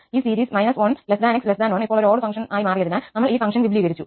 ഈ സീരീസ് 1𝑥1 ഇപ്പോൾ ഒരു ഓഡ്ഡ് ഫങ്ക്ഷന് മാറിയതിനാൽ നമ്മൾ ഈ ഫങ്ക്ഷന് വിപുലീകരിച്ചു